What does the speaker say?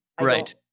right